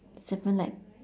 seven like